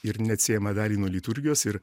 ir neatsiejamą dalį nuo liturgijos ir